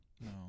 No